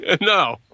No